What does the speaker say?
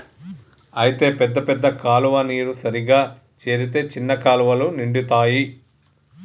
అయితే పెద్ద పెద్ద కాలువ నీరు సరిగా చేరితే చిన్న కాలువలు నిండుతాయి